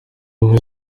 ubumwe